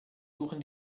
suchen